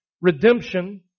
redemption